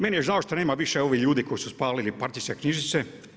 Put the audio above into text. Meni je žao što nema više ovih ljudi koji su spalili partijske knjižice.